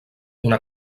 una